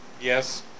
Yes